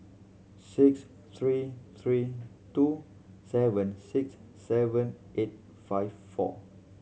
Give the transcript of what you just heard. six three three two seven six seven eight five four